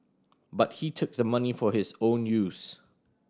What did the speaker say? but he took the money for his own use